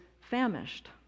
famished